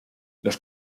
los